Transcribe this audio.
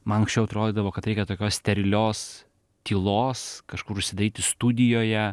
man anksčiau atrodydavo kad reikia tokios sterilios tylos kažkur užsidaryti studijoje